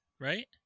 right